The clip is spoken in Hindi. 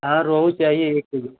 हाँ रोहू चाहिए एक किलो